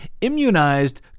immunized